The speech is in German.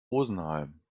rosenheim